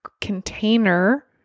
container